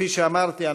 כפי שאמרתי,